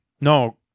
No